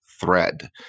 thread